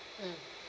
mm